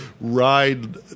ride